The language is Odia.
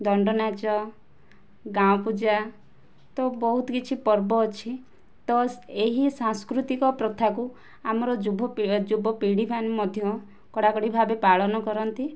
ଦଣ୍ଡନାଚ ଗାଁ ପୂଜା ତ ବହୁତ କିଛି ପର୍ବ ଅଛି ତ ଏହି ସାଂସ୍କୃତିକ ପ୍ରଥାକୁ ଆମର ଯୁବ ଯୁବପିଢ଼ି ମାନେ ମଧ୍ୟ କଡ଼ାକଡ଼ି ଭାବେ ପାଳନ କରନ୍ତି